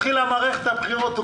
אם אנחנו מאשרים את התקנות עכשיו,